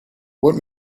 what